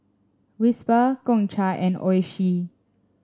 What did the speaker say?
Whisper Gongcha and Oishi